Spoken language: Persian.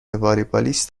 والیبالیست